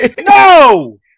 no